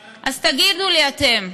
אז תגידו לי אתם: